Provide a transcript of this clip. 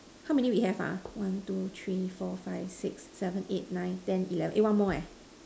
how many we have ah one two three four five six seven eight nine ten eleven eh one more eh